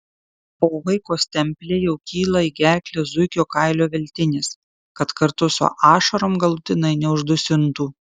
o vaiko stemple jau kyla į gerklę zuikio kailio veltinis kad kartu su ašarom galutinai neuždusintų